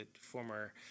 former